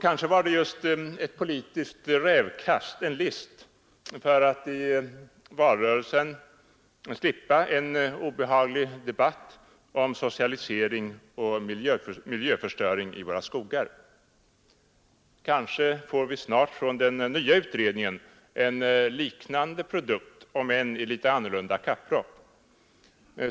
Kanske var det just ett politiskt rävkast, en list för att i valrörelsen slippa en obehaglig debatt om socialisering och miljöförstöring av våra skogar. Kanske får vi snart från den nya utredningen en liknande produkt om än i litet annorlunda kapprock.